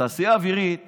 התעשייה האווירית